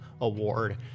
award